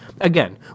Again